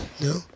No